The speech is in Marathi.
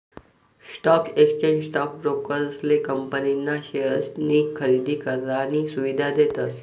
स्टॉक एक्सचेंज स्टॉक ब्रोकरेसले कंपनी ना शेअर्सनी खरेदी करानी सुविधा देतस